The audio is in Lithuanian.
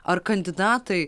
ar kandidatai